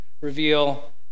reveal